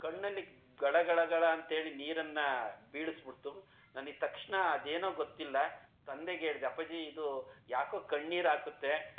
ಕಣ್ಣಲ್ಲಿ ಗಳಗಳಗಳ ಅಂತೇಳಿ ನೀರನ್ನು ಬೀಳಿಸ್ಬುಡ್ತು ನನಗೆ ತಕ್ಷಣ ಅದೇನೋ ಗೊತ್ತಿಲ್ಲ ತಂದೆಗೆ ಹೇಳಿದೆ ಅಪ್ಪಾಜಿ ಇದು ಯಾಕೋ ಕಣ್ಣೀರು ಹಾಕುತ್ತೆ